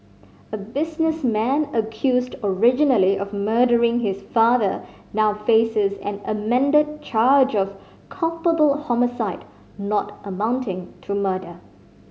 a businessman accused originally of murdering his father now faces an amended charge of culpable homicide not amounting to murder